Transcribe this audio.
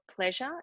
pleasure